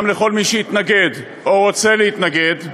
גם לכל מי שיתנגד או רוצה להתנגד,